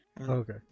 Okay